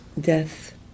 death